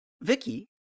Vicky